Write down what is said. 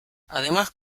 además